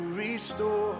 restore